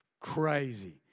crazy